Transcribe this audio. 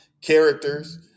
characters